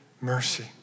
mercy